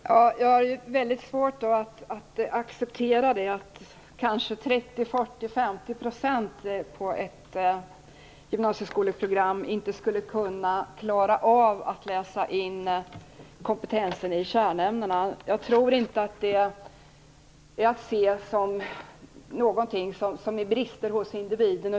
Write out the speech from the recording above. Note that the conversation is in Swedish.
Fru talman! Jag har väldigt svårt att acceptera att kanske 30-50 % av eleverna inom ett gymnasieskoleprogram inte skulle klara av att läsa in så mycket att de har kompetens i kärnämnena. Jag tror inte att detta skall ses som brister hos individen.